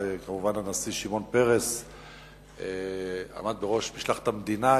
וכמובן הנשיא שמעון פרס עמד בראש משלחת המדינה,